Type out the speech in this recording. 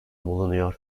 bulunuyor